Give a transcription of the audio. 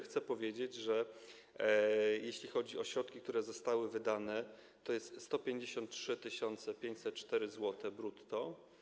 Chcę powiedzieć, że jeśli chodzi o środki, które zostały wydane, to jest to 153 504 zł brutto.